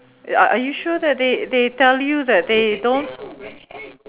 are are you sure that they they tell you that they don't